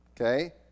Okay